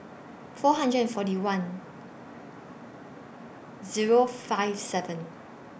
four hundred and forty one Zero five seven